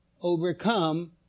overcome